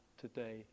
today